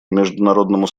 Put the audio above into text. международному